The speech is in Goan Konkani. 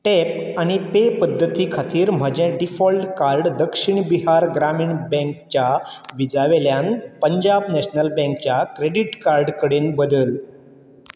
टॅप आनी पे पद्दती खातीर म्हजें डिफॉल्ट कार्ड दक्षीण बिहार ग्रामीण बँकच्या विजा वेल्यान पंजाब नॅशनल बँकच्या क्रॅडीट कार्ड कडेन बदल